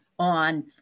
on